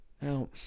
Now